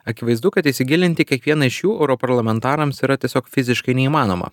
akivaizdu kad įsigilinti kiekvieną iš šių europarlamentarams yra tiesiog fiziškai neįmanoma